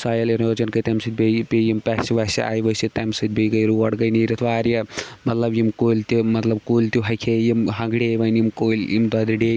سۄیِل اِروجن گٔیے تَمہِ سۭتۍ بیٚیہِ پیٚیہِ یِم پَسہِ وَسہِ آیہِ ؤسِتھ تَمہِ سۭتۍ بیٚیہِ گٔیے روڈ گٔیے نیٖرِتھ واریاہ مطلب یِم کُلی تہِ مطلب یِم کُلی تہِ ہۄکھے یِم کُلۍ ہکھڈے وۄنۍ یِم کُلۍ یِم دۄدٕرے